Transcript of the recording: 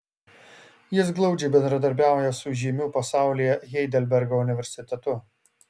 jis glaudžiai bendradarbiauja su žymiu pasaulyje heidelbergo universitetu